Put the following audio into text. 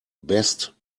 best